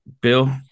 Bill